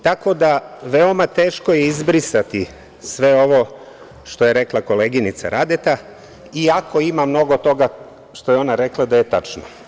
Tako da, veoma je teško izbrisati sve ovo što je rekla koleginica Radeta, iako ima mnogo toga što je ona rekla da je tačno.